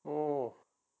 oh